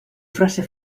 frase